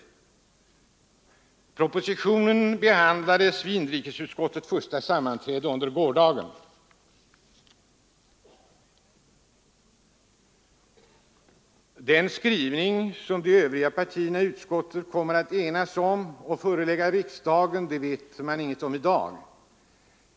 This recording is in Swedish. Propositionen behandlades vid inrikesutskottets första sammanträde, under gårdagen. Den skrivning som de övriga partierna i utskottet kommer att enas om att förelägga riksdagen vet man inget om i dag.